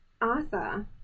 Arthur